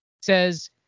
says